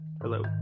Hello